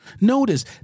Notice